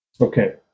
Okay